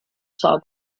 saw